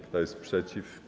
Kto jest przeciw?